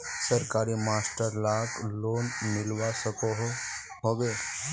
सरकारी master lakh loan मिलवा सकोहो होबे?